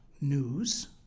news